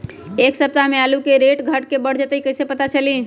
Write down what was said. एक सप्ताह मे आलू के रेट घट ये बढ़ जतई त कईसे पता चली?